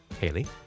Hayley